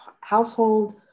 household